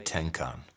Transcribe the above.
Tenkan